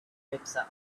himself